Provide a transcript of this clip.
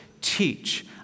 teach